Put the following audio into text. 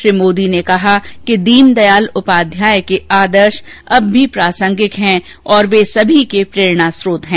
श्री मोदी ने कहा कि दीनदयाल उपाध्याय के आदर्श अब भी प्रासंगिक है और वे हम सभी के लिए प्रेरणाम्रोत हैं